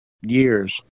years